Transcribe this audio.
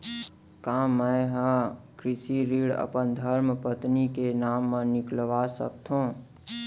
का मैं ह कृषि ऋण अपन धर्मपत्नी के नाम मा निकलवा सकथो?